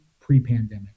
pre-pandemic